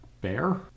bear